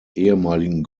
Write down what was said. ehemaligen